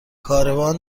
کاروان